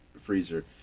freezer